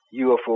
UFO